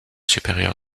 supérieure